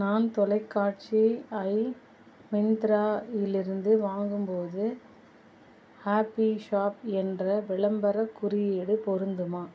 நான் தொலைக்காட்சி ஐ மிந்த்ராவிலிருந்து வாங்கும்போது ஹாப்பி ஷாப் என்ற விளம்பரக் குறியீடு பொருந்துமா